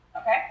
Okay